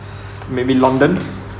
maybe london